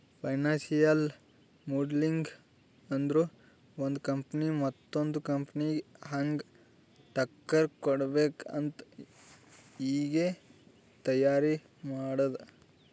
financial modelling ಅಂದುರ್ ಒಂದು company ಮತ್ತೊಂದ್ ಕಂಪನಿಗ ಹ್ಯಾಂಗ್ ಟಕ್ಕರ್ ಕೊಡ್ಬೇಕ್ ಅಂತ್ ಈಗೆ ತೈಯಾರಿ ಮಾಡದ್ದ್